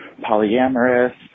polyamorous